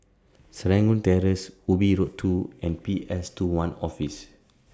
Serangoon Terrace Ubi Road two and P S two one Office